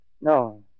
No